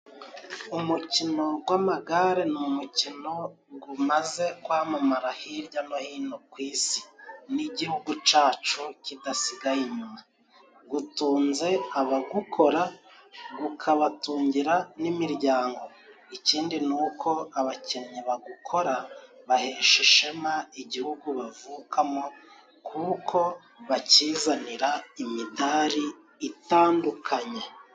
Umukino gw'amagare ni umukino gumaze kwamamara hirya no hino ku isi n'igihugu cyacu kidasigaye inyuma. Gutunze abagukora, gukabatungira n'imiryango, Ikindi ni uko abakinnyi bagukora bahesha ishema igihugu bavukamo kuko bakizanira imidari itandukanye.